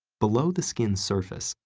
below the skin's surface,